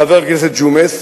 חבר הכנסת ג'ומס,